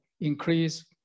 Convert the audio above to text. increase